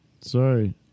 Sorry